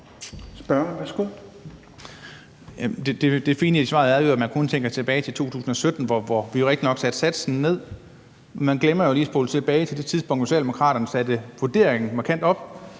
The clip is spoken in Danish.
Det fine i svaret er, at man kun tænker tilbage til 2017, hvor vi jo rigtig nok satte satsen ned. Man glemmer jo lige at spole tilbage til det tidspunkt, hvor Socialdemokraterne satte vurderingen markant op,